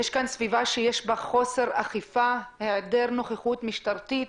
סביבה שיש בה חוסר אכיפה, היעדר נוכחות משטרתית.